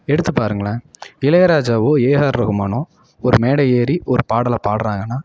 எடுத்து பாருங்களேன் இளையராஜாவோ ஏஆர் ரஹ்மானோ ஒரு மேடை ஏறி ஒரு பாடலை பாடுறாங்கன்னா